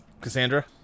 Cassandra